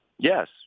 Yes